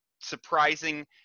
surprising